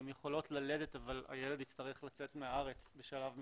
הן יכולות ללדת אבל הילד הצטרך לצאת מהארץ בשלב מסוים.